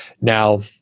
Now